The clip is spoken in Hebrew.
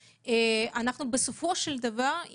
בסופו של דבר,